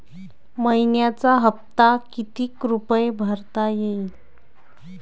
मइन्याचा हप्ता कितीक रुपये भरता येईल?